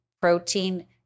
protein